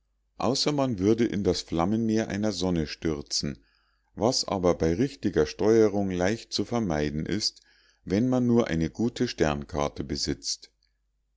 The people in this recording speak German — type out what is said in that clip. außer man würde in das flammenmeer einer sonne stürzen was aber bei richtiger steuerung leicht zu vermeiden ist wenn man nur eine gute sternkarte besitzt